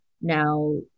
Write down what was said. now